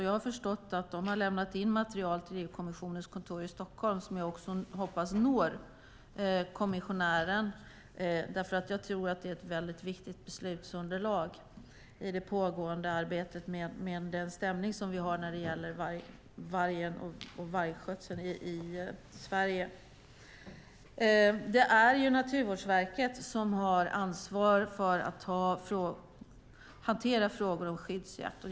Jag har förstått att de har lämnat in material till EU-kommissionens kontor i Stockholm som jag hoppas ska nå kommissionären, för jag tror att det är ett viktigt beslutsunderlag i det pågående arbetet med den stämning som vi har när det gäller vargen och vargskötseln i Sverige. Det är Naturvårdsverket som har ansvar för att hantera frågor om skyddsjakt.